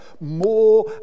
More